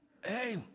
Hey